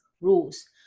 rules